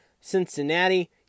Cincinnati